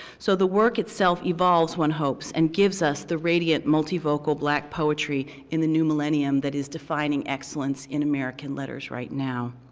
so the work itself evolves. one hopes and gives us the radiant multi-focal black poetry in the new millenium that is defining excellence in american letters right now.